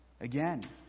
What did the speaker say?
again